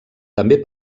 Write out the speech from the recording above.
també